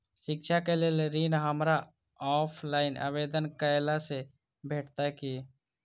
शिक्षा केँ लेल ऋण, हमरा ऑफलाइन आवेदन कैला सँ भेटतय की?